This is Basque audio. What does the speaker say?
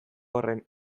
horren